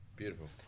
Beautiful